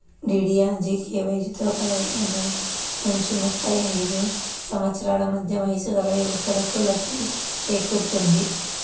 డీడీయూజీకేవైతో పదిహేను నుంచి ముప్పై ఐదు సంవత్సరాల మధ్య వయస్సుగల యువతకు లబ్ధి చేకూరుతుంది